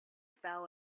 fell